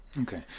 okay